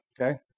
okay